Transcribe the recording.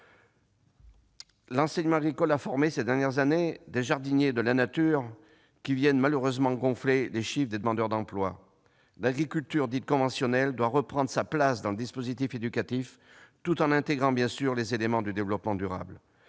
L'enseignement agricole a formé ces dernières années des jardiniers de la nature qui viennent malheureusement gonfler les chiffres des demandeurs d'emploi ... L'agriculture dite conventionnelle doit reprendre sa place dans le dispositif éducatif, tout en intégrant, bien sûr, les éléments du développement durable.